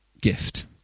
gift